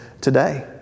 today